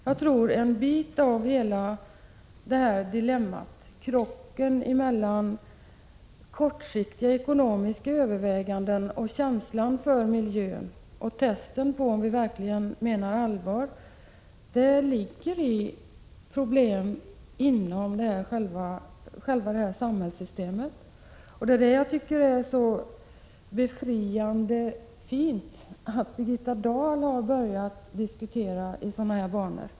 Jag tror att en del av dilemmat, krocken mellan kortsiktiga ekonomiska överväganden och känslan för miljön, och testen på om vi verkligen menar allvar, ligger i problemen inom själva samhällssystemet. Det är därför vi tycker att det är så befriande fint att Birgitta Dahl har börjat diskutera i sådana här banor.